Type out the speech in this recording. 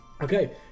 Okay